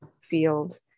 field